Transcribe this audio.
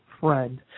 friend